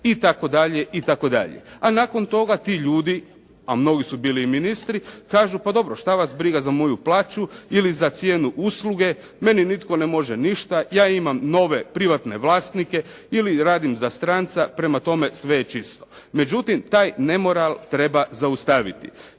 INE itd., itd.. A nakon toga ti ljudi, a mnogi su bili i ministri, kažu, pa dobro, šta vas briga za moju plaću ili za cijenu usluge, meni nitko ne može ništa, ja imam nove privatne vlasnike ili radim za stranca, prema tome, sve je čisto. Međutim, taj nemoral treba zaustaviti.